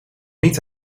niet